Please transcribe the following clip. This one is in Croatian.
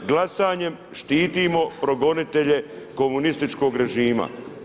Glasanjem štitimo progonitelje komunističkog režima.